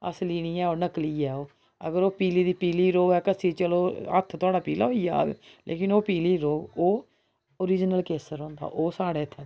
असली नी ऐ ओह् नकली ऐ ओह् अगर ओह् पीली दी पीली रोहै घस्सी चलो हत्थ थुआढ़ा पीला होई जाह्ग लेकिन ओह् पीली रौह्ग ओह् ओरिजनल केसर होंदा ओह् साढ़ै इत्थै थ्होंदा